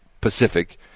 Pacific